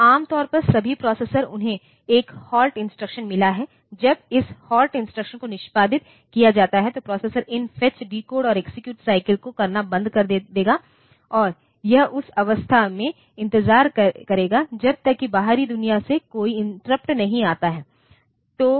तो आम तौर पर सभी प्रोसेसर उन्हें 1 हॉल्ट इंस्ट्रक्शन मिला है जब इस हॉल्ट इंस्ट्रक्शन को निष्पादित किया जाता है तो प्रोसेसर इन फेचडिकोड और एक्सेक्यूट साइकल को करना बंद कर देगा और यह उस अवस्था में इंतजार करेगा जब तक कि बाहरी दुनिया से कोई इंटरप्ट नहीं आता है